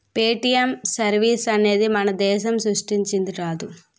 Paytm service అనేది మన దేశం సృష్టించింది కాదు